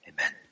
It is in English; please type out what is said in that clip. Amen